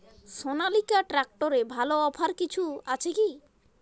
সনালিকা ট্রাক্টরে ভালো অফার কিছু আছে কি?